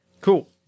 Cool